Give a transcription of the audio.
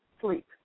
sleep